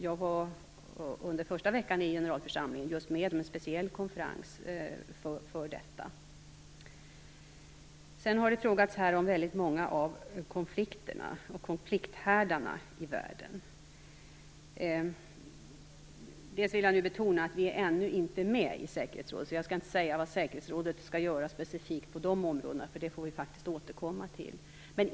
Jag var under generalförsamlingens första vecka med på en konferens speciellt om detta. Det har här frågats om väldigt många av konflikterna och konflikthärdarna i världen. Jag vill betona att vi ännu inte är med i säkerhetsrådet och att jag därför inte skall säga vad säkerhetsrådet specifikt skall göra på de områdena. Det får vi faktiskt återkomma till.